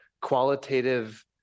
qualitative